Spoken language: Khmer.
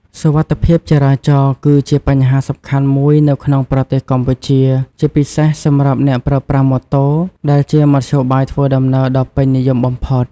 សុវត្ថិភាពចរាចរណ៍ គឺជាបញ្ហាសំខាន់មួយនៅក្នុងប្រទេសកម្ពុជា ជាពិសេសសម្រាប់អ្នកប្រើប្រាស់ម៉ូតូ ដែលជាមធ្យោបាយធ្វើដំណើរដ៏ពេញនិយមបំផុត។